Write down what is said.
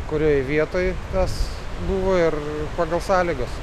kurioj vietoj tas buvo ir pagal sąlygas